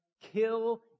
kill